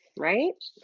right.